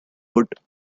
wood